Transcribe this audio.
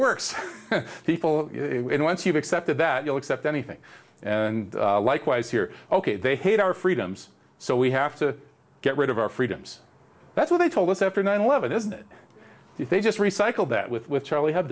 works people in once you've accepted that you'll accept anything and likewise here ok they hate our freedoms so we have to get rid of our freedoms that's what they told us after nine eleven isn't it if they just recycle that with with charlie